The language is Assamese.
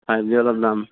ফাইভ জি অলপ দাম